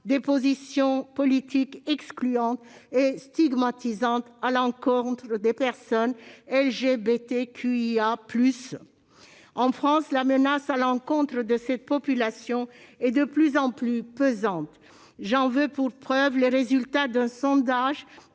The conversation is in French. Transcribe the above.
en place des politiques excluantes et stigmatisantes à l'encontre des personnes LGBTQIA+. En France, la menace à l'encontre de cette population est de plus en plus pesante. J'en veux pour preuve les résultats d'un sondage